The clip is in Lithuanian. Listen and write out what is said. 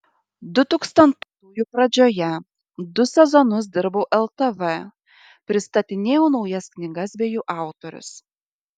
dutūkstantųjų pradžioje du sezonus dirbau ltv pristatinėjau naujas knygas bei jų autorius